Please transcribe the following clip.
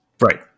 Right